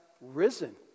risen